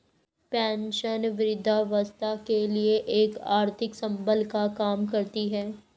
pension वृद्धावस्था के लिए एक आर्थिक संबल का काम करती है